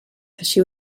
així